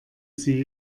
sie